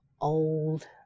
old